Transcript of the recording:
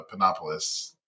Panopolis